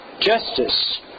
Justice